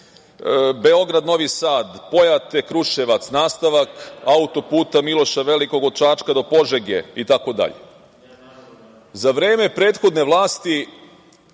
Beograd-Novi Sad, Pojate-Kruševac, nastavak auto-puta "Miloša Velikog" od Čačka do Požege itd.Za vreme prethodne vlasti